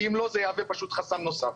כי אם לא, זה יהווה פשוט חסם נוסף.